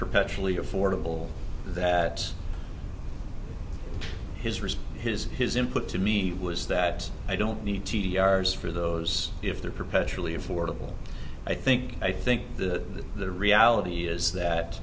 perpetually affordable that his risk his his input to me was that i don't need t d r s for those if they're perpetually affordable i think i think the the reality is that